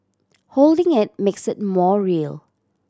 holding it makes it more real